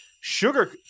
sugar